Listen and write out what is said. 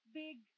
big